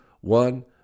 one